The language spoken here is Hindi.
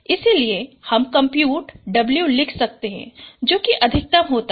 इसलिए हम कम्प्यूट W लिख सकते हैं जो अधिकतम होता है